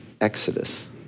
exodus